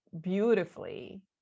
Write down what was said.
beautifully